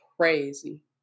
Crazy